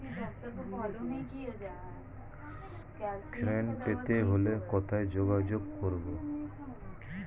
ঋণ পেতে হলে কোথায় যোগাযোগ করব?